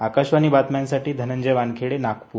आकाशवाणी बातम्यांसाठी मी धनंजय वानखेडे नागपूर